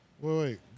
wait